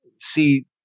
see